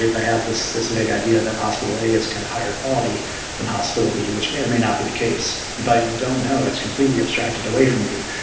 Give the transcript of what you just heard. i have this this vague idea that hospital a is kind of higher quality than hospital b, which may or may not be the case, but you don't know. it's completely abstracted away from you.